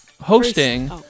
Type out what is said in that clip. hosting